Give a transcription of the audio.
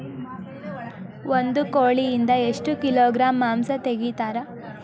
ಒಂದು ಕೋಳಿಯಿಂದ ಎಷ್ಟು ಕಿಲೋಗ್ರಾಂ ಮಾಂಸ ತೆಗಿತಾರ?